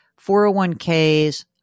401ks